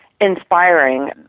inspiring